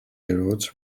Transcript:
railroads